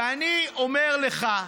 ואני אומר לך,